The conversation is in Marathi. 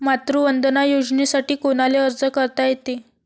मातृवंदना योजनेसाठी कोनाले अर्ज करता येते?